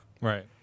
Right